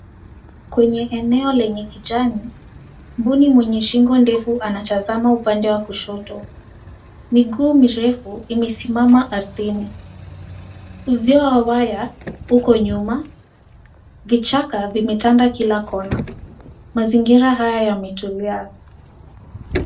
Kwenye eneo lenye kijani, mbuni mwenye shingo ndefu anatazama upande wa kushoto. Miguu mirefu imesimama ardhini. Uzio wa waya uko nyuma. Vichaka vimetanda kila kona. Mazingira haya yametulia.